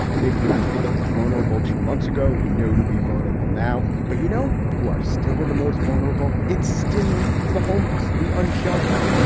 maybe we didn't think of his vulnerable two months ago. we know to be vulnerable now. but you know who are still the most vulnerable? it's still the homeless, the unsheltered,